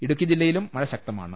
ഇടുക്കി ജില്ലയിലും മഴ ശക്തമാണ്